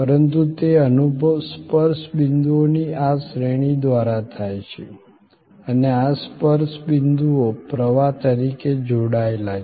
પરંતુ તે અનુભવ સ્પર્શ બિંદુઓની આ શ્રેણી દ્વારા થાય છે અને આ સ્પર્શ બિંદુઓ પ્રવાહ તરીકે જોડાયેલા છે